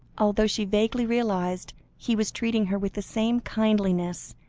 although she vaguely realised he was treating her with the same kindliness,